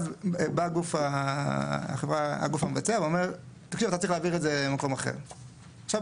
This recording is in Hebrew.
אז בא הגוף המבצע ואומר: ״אתה צריך להעביר את זה למקום אחר.״ פה,